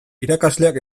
irakasleak